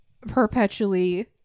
perpetually